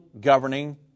governing